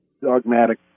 dogmatic